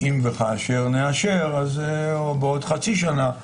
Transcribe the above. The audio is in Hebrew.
אם וכאשר נאשר, או בעוד חצי שנה,